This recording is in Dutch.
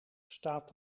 staat